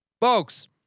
Folks